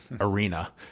arena